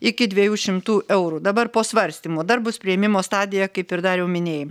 iki dviejų šimtų eurų dabar po svarstymo dar bus priėmimo stadija kaip ir dariau minėjai